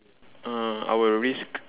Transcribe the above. uh I will risk